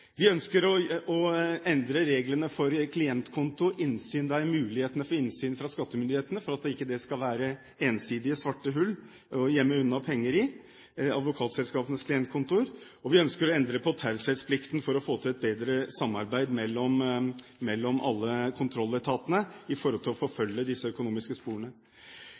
Vi ønsker å endre reglene for klientkontoinnsyn – mulighetene for innsyn for skattemyndighetene i advokatselskapenes klientkontoer – for at det ikke skal være ensidige svarte hull å gjemme unna penger i, og vi ønsker å endre på taushetsplikten for å få til et bedre samarbeid mellom alle kontrolletatene for å forfølge disse økonomiske sporene.